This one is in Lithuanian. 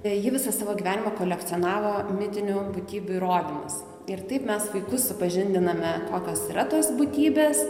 ji visą savo gyvenimą kolekcionavo mitinių būtybių įrodymus ir taip mes vaikus supažindiname kokios yra tos būtybės